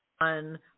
on